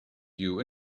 you